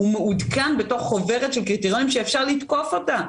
הוא מעודכן בתוך חוברת של קריטריונים שאפשר לתקוף אותה.